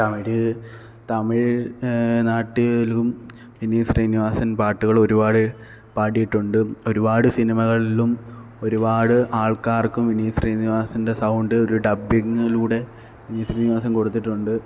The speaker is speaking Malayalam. തമിഴ് തമിഴ് നാട്ടിലും വിനീത് ശ്രീനിവാസന് പാട്ടുകള് ഒരുപാട് പാടിയിട്ടുണ്ട് ഒരുപാട് സിനിമകളിലും ഒരുപാട് ആള്ക്കാര്ക്കും വിനീത് ശ്രീനിവാസന്റെ സൗണ്ട് ഒരു ഡബ്ബിങ്ങിലൂടെ വിനീത് ശ്രീനിവാസന് കൊടുത്തിട്ടുണ്ട്